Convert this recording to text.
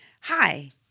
Hi